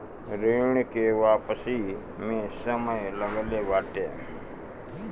ऋण के वापसी में समय लगते बाटे